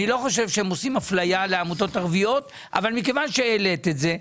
אני חושב שהם לא עושים אפליה לעמותות ערביות אבל מכיוון שהעלית את זה,